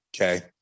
Okay